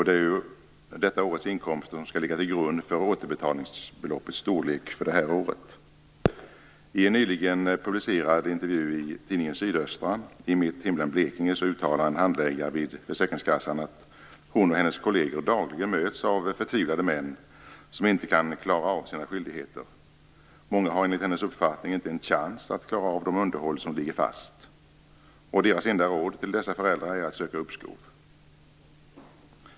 Det är ju det årets inkomst som skall ligga till grund för återbetalningsbeloppets storlek för det här året. I en nyligen publicerad intervju i tidningen Sydöstra i mitt hemlän Blekinge uttalar en handläggare vid försäkringskassan att hon och hennes kolleger dagligen möts av förtvivlade män som inte kan klara av sina skyldigheter. Många har enligt hennes uppfattning inte en chans att klara av det underhåll som ligger fast. Deras enda råd till dessa föräldrar är att söka uppskov.